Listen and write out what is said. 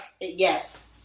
Yes